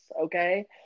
okay